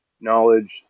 knowledge